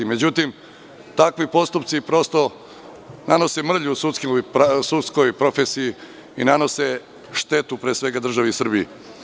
Međutim, takvi postupci prosto nanose mrlju sudskoj profesiji i nanose štetu pre svega državi Srbiji.